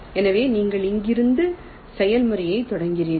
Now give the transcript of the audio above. எனவே நீங்கள் இங்கிருந்து செயல்முறையைத் தொடர்கிறீர்கள்